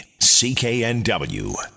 CKNW